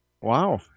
Wow